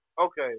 okay